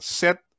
set